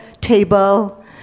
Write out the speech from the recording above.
table